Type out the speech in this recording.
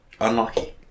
unlucky